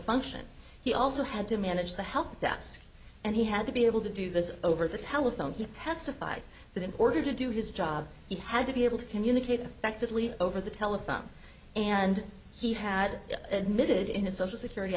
function he also had to manage the help desk and he had to be able to do this over the telephone he testified that in order to do his job he had to be able to communicate effectively over the telephone and he had admitted in a social security